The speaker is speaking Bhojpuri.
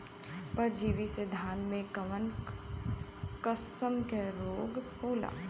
परजीवी से धान में कऊन कसम के रोग होला?